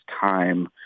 time